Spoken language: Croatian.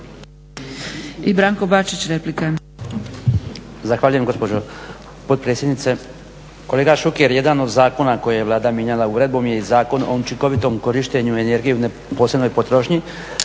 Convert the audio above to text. I Branko Bačić replika.